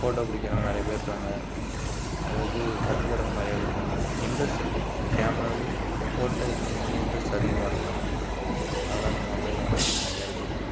photo பிடிக்கிறவங்க நிறைய பேரு இருக்காங்க அதை வச்சு கற்றுக்குறவங்க நிறைய பேரு இருக்காங்க இன்ட்ரஸ்ட் இருக்குது இப்போ கேமராவிலேயே ஃபோட்டோ எடுக்கிறவங்க வந்து இன்ட்ரஸ்ட் அதிகமாக இருக்கும் அதெல்லாம் அந்த மொபைலில் உண்மையிலியே நிறையா இருக்குது